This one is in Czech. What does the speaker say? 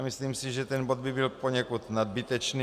Myslím si, že ten bod by byl poněkud nadbytečný.